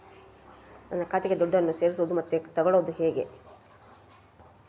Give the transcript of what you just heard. ನನ್ನ ಖಾತೆಗೆ ದುಡ್ಡನ್ನು ಸೇರಿಸೋದು ಮತ್ತೆ ತಗೊಳ್ಳೋದು ಹೇಗೆ?